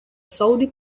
saudi